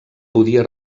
podia